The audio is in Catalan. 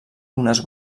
unes